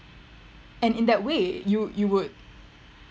and in that way you you would